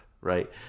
right